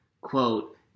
quote